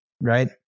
Right